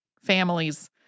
families